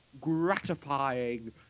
gratifying